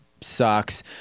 sucks